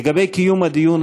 לגבי קיום דיון,